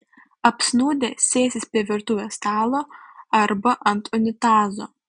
apsnūdę sėsis prie virtuvės stalo arba ant unitazo